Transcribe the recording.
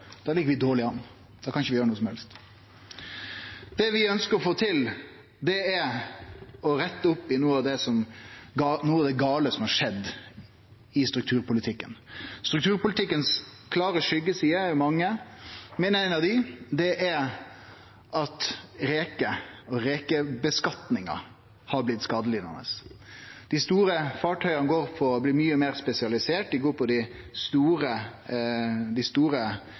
ligg vi dårleg an. Da kan vi ikkje gjere noko som helst. Det vi ønskjer å få til, er å rette opp i noko av det gale som har skjedd i strukturpolitikken. Strukturpolitikken har mange klare skyggesider. Ei av dei er at reker og rekeutnyttinga har blitt skadelidande. Dei store fartøya går for å bli mykje meir spesialiserte, dei går for dei store fiskesortane, der det er størst inntening, og dei